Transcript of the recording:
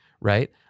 right